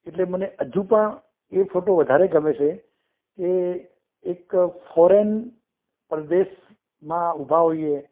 એટલે મને હજુ પણ એ ફોટો વધારે ગમે છે કે એક ફૉરેન પ્રદેશમાં ઊભા હોઈએ